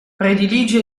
predilige